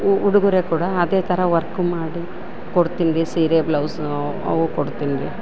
ಉ ಉಡುಗೊರೆ ಕೂಡ ಅದೇ ಥರ ವರ್ಕು ಮಾಡಿ ಕೊಡ್ತಿನಿ ರಿ ಸೀರೆ ಬ್ಲೌಸು ಅವು ಕೊಡ್ತಿನಿ ರಿ